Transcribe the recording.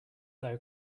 thou